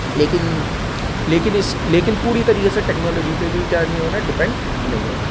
لیکن لیکن اس لیکن پوری طریقے سے ٹیکنالوجی پہ بھی کیا نہیں ہونا ڈیپینڈ نہیں ہونا